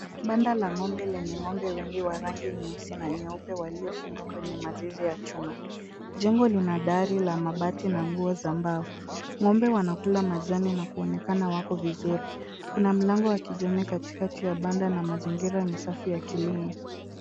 Banda la ng'ombe lenye ng'ombe wengi wa rangi nyeusi na nyeupe waliofungwa kwenye mazizi ya chuma. Jengo lina dari la mabati na nguo za mbao.Ng'ombe wanakula majani na kuonekana wako vizuri. Kuna mlango wa kijani katikati ya banda na mazingira ni safi ya kilimo.